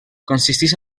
consisteix